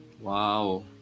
Wow